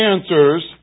answers